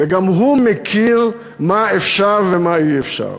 וגם הוא מכיר מה אפשר ומה אי-אפשר.